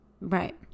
Right